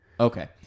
okay